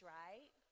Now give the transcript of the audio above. right